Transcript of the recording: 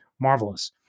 marvelous